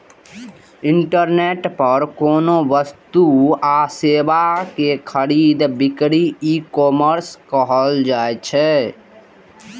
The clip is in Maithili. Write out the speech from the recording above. इंटरनेट पर कोनो वस्तु आ सेवा के खरीद बिक्री ईकॉमर्स कहल जाइ छै